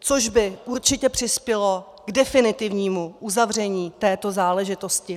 což by určitě přispělo k definitivnímu uzavření této záležitosti.